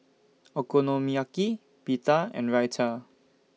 Okonomiyaki Pita and Raita